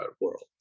world